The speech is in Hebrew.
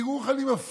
תראו אני מפריד,